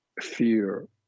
fear